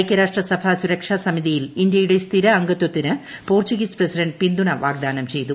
ഐക്ട്ര്മാഷ്ട്ര സഭ സുരക്ഷാ സമിതിയിൽ ഇന്ത്യയുടെ സ്ഥിര അംഗത്വത്തിന്റ് പോർച്ചുഗീസ് പ്രസിഡന്റ് പിന്തുണ വാഗ്ദാനം ചെയ്തു